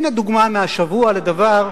הנה דוגמה מהשבוע לדבר,